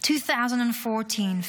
2014,